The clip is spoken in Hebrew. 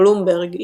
בלומברג,